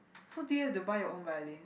so do you have to buy your own violin